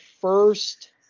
first